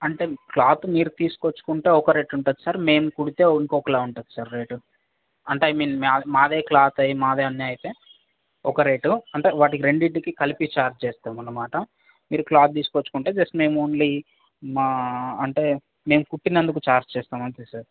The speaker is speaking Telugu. అంటే క్లాత్ మీరు తీసుకొచ్చుకుంటే ఒక రేట్ ఉంటుంది సార్ మేము కుడితే ఇంకొకలా ఉంటుంది సార్ రేట్ అంటే ఐ మీన్ మాదే క్లాత్ అయితే మాదే అన్నీ అయితే ఒక రేట్ అంటే వాటికి రెండిటికి కలిపి ఛార్జ్ చేస్తామన్నమాట మీరు క్లాత్ తీసుకొచ్చుకుంటే జస్ట్ మేము ఓన్లీ మా అంటే మేము కొట్టినందుకు ఛార్జ్ చేస్తాము అంతే సార్